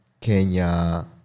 Kenya